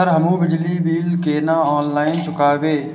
Sir हमू बिजली bill केना ऑनलाईन चुकेबे?